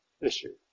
issue